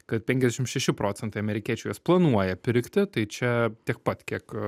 kad penkiasdešim šeši procentai amerikiečių juos planuoja pirkti tai čia tiek pat kiek